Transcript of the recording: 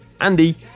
Andy